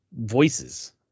voices